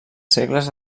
segles